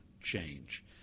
change